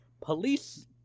police